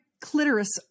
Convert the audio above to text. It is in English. clitoris